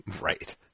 Right